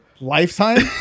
Lifetime